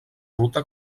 ruta